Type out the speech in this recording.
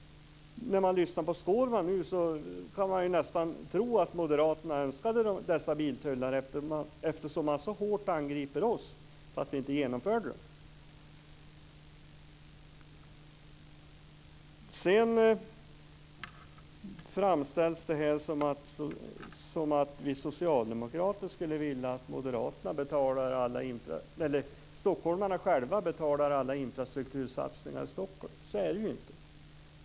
När man lyssnar på Skårman kan man nästan tro att Moderaterna önskade dessa biltullar, eftersom de så hårt angriper oss för att vi inte genomförde dem. Sedan framställs detta som att vi socialdemokrater skulle vilja att stockholmarna själva betalar alla infrastruktursatsningar i Stockholm. Så är det ju inte.